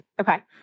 Okay